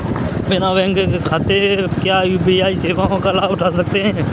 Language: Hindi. बिना बैंक खाते के क्या यू.पी.आई सेवाओं का लाभ उठा सकते हैं?